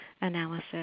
analysis